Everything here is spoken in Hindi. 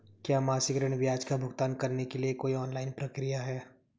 क्या मासिक ऋण ब्याज का भुगतान करने के लिए कोई ऑनलाइन प्रक्रिया है?